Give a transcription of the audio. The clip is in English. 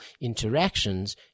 interactions